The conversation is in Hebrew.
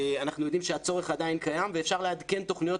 אנחנו יודעים שהצורך עדיין קיים ואפשר לעדכן תוכניות